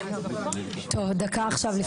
טוב דקה עכשיו.